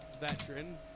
veteran